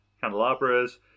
candelabras